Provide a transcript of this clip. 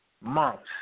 months